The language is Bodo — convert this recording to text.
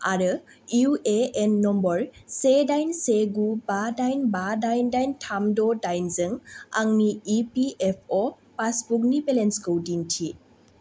आरो इउएएन नम्बर से दाइन से गु बा दाइन बा दाइन दाइन थाम द' दाइनजों आंनि इपिएफअ पासबुकनि बेलेन्सखौ दिन्थि